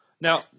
Now